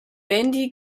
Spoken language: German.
bandy